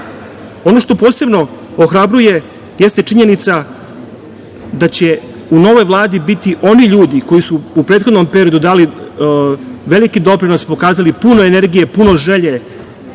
što posebno ohrabruje jeste činjenica da će u novoj vladi biti oni ljudi koji su u prethodnom periodu dali veliki doprinos i pokazali puno energije, puno želje,